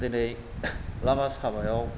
दिनै लामा सामायाव